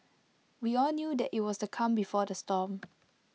we all knew that IT was the calm before the storm